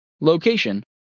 Location